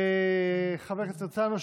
חבר הכנסת הרצנו,